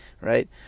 right